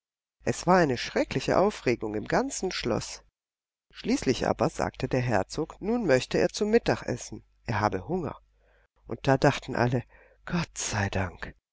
es war eine schreckliche aufregung im ganzen schloß schließlich aber sagte der herzog nun möchte er zu mittag essen er habe hunger und da dachten alle gott sei dank